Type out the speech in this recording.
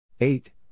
Eight